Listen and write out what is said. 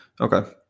Okay